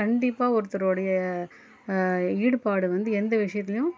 கண்டிப்பாக ஒருத்தருடைய ஈடுபாடு வந்து எந்த விஷயத்துலையும்